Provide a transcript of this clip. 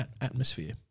atmosphere